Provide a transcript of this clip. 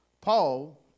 Paul